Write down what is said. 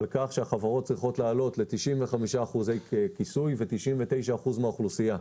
על כך שהחברות צריכות לעלות ל-95% כיסוי ל-99% מהאוכלוסייה.